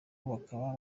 bakaba